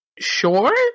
sure